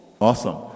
Awesome